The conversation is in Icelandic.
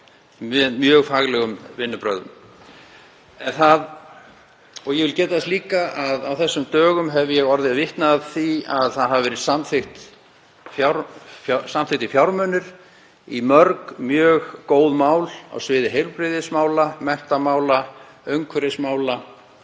mjög faglegum vinnubrögðum. Ég vil líka geta þess að á þessum dögum hef ég orðið vitni að því að það hafa verið samþykktir fjármunir í mörg mjög góð mál á sviði heilbrigðismála, menntamála, umhverfismála